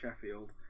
Sheffield